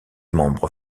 membres